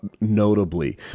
notably